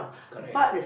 correct